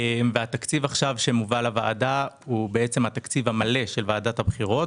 התקציב שמובא לוועדה עכשיו הוא בעצם התקציב המלא של ועדת הבחירות,